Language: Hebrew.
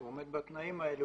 שהוא עומד בתנאים האלה,